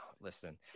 listen